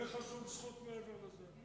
לך שום זכות מעבר לזה,